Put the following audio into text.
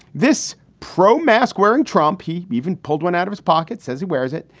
this pro mask wearing trump, he even pulled one out of his pocket, says he wears it.